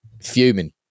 fuming